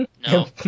No